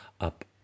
up